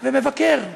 ומבקר,